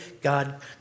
God